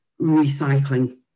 recycling